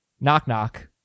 knock-knock